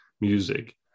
music